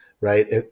right